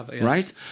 right